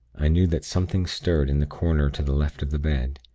i knew that something stirred in the corner to the left of the bed.